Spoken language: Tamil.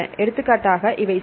எடுத்துக்காட்டாக இவை சரி